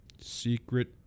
secret